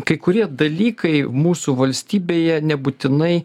kai kurie dalykai mūsų valstybėje nebūtinai